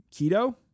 Keto